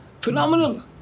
phenomenal